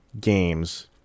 games